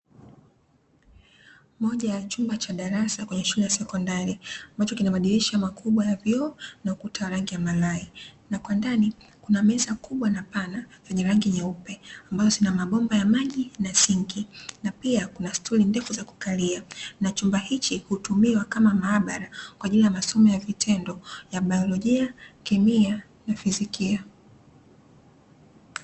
Moja ya chumba cha darasa kwenye shule ya sekondari ambacho kina madirisha makubwa ya vyoo, na kuta rangi ya mayai; na kwa ndani kuna meza kubwa na pana zenye rangi nyeupe ambayo zina mabomba ya maji na sinki. Na pia kuna stuli ndefu za kukalia na chumba hiki hutumiwa kama maabara kwa ajili ya masomo ya vitendo ya biolojia, kemia, na fizikia.